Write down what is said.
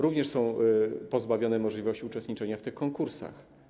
Również one są pozbawione możliwości uczestniczenia w tych konkursach.